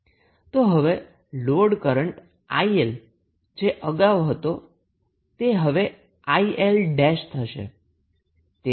તો હવે load current 𝐼𝐿 જે અગાઉ હતો તે હવે 𝐼𝐿' થશે